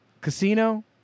casino